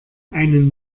einen